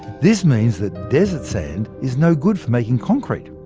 this means that desert sand is no good for making concrete.